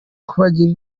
kubagira